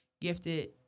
Gifted